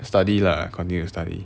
study lah continued to study